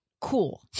Cool